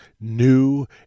new